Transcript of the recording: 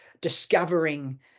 discovering